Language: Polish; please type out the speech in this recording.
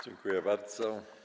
Dziękuję bardzo.